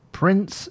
prince